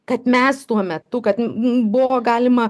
kad mes tuo metu kad buvo galima